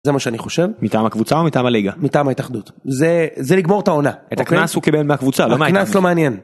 זה מה שאני חושב. מטעם הקבוצה או מטעם הליגה? מטעם ההתאחדות. זה לגמור את העונה. את הקנס הוא קיבל מהקבוצה, לא מהקבוצה. הקנס לא מעניין.